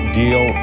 deal